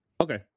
Okay